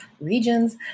regions